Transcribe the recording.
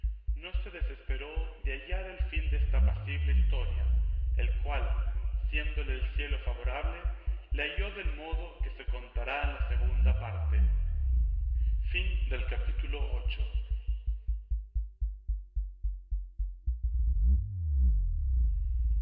no se desesperó de hallar el fin desta apacible historia el cual siéndole el cielo favorable le halló del modo que se contará en la segunda parte